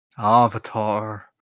Avatar